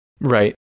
Right